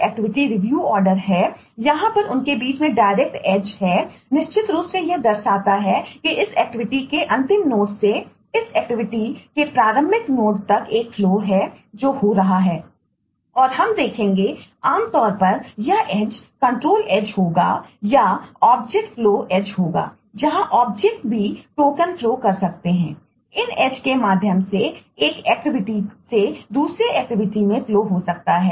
activities हो सकता है